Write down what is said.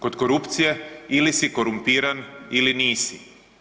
Kod korupcije ili si korumpiran ili nisi.